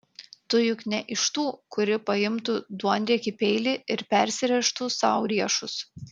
tu juk ne iš tų kuri paimtų duonriekį peilį ir persirėžtų sau riešus